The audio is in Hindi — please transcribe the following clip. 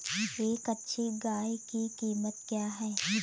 एक अच्छी गाय की कीमत क्या है?